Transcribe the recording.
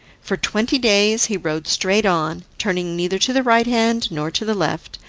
for twenty days he rode straight on, turning neither to the right hand nor to the left,